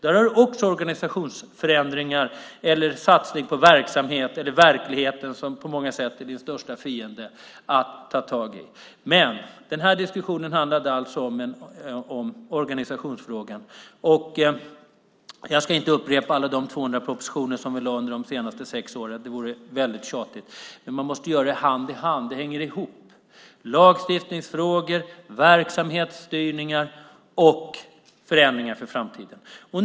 Där har du också organisationsförändringar - en satsning på verksamheten eller verkligheten som på många sätt är din största fiende - att ta tag i. Den här diskussionen handlar alltså om organisationsfrågan. Jag ska inte upprepa alla de 200 propositioner som vi lade fram under våra sista sex år. Det vore väldigt tjatigt. Men de här sakerna måste liksom göras hand i hand. Lagstiftningsfrågor, verksamhetsstyrning och förändringar för framtiden hänger ihop.